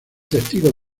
testigos